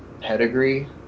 pedigree